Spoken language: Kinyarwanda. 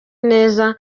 neza